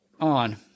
on